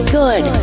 good